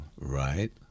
right